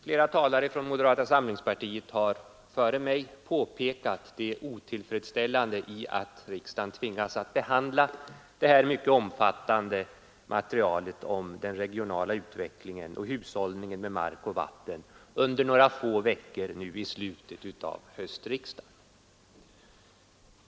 Flera talare före mig har påpekat det otillfredsställande i att riksdagen tvingas behandla detta mycket omfattande material om den regionala utvecklingen och hushållningen med mark och vatten under några få veckor i slutet av höstriksdagen.